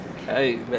Hey